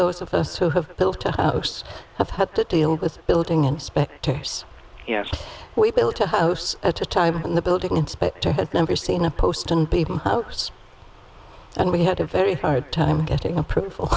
those of us who have built a house have had to deal with building inspectors yes we built a house at a time when the building inspector had never seen a post and we had a very hard time getting approval